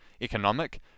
economic